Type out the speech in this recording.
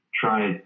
try